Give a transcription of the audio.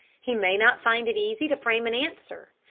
he may not find it easy to frame an answer,